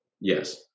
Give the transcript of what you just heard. yes